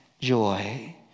joy